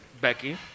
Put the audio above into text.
Becky